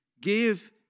Give